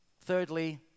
Thirdly